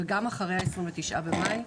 וגם אחרי ה-29 במאי,